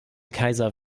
kaiser